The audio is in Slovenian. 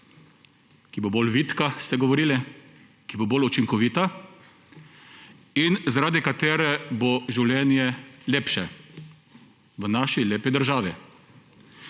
ki bo bolj vitka, ste govorili, ki bo bolj učinkovita, zaradi katere bo življenje lepše v naši lepi državi?